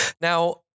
Now